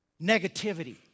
negativity